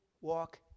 walk